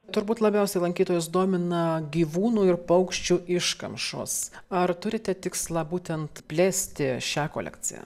turbūt labiausiai lankytojus domina gyvūnų ir paukščių iškamšos ar turite tikslą būtent plėsti šią kolekciją